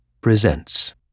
presents